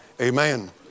Amen